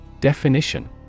Definition